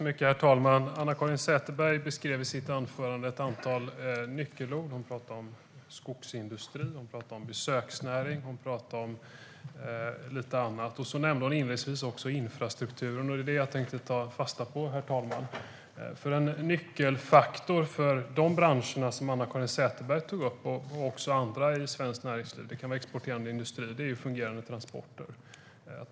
Herr talman! Anna-Caren Sätherberg tog i sitt anförande upp ett antal nyckelord. Hon talade om skogsindustrin, besöksnäringen och lite annat. Hon nämnde inledningsvis också infrastrukturen, och det är den som jag tänkte ta fasta på. En nyckelfaktor för de branscher som Anna-Caren Sätherberg, och även personer i svenskt näringsliv från till exempel exporterande industri, tar upp är fungerande transporter.